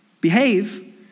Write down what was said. behave